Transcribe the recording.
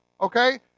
okay